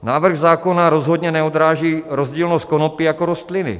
Návrh zákona rozhodně neodráží rozdílnost konopí jako rostliny.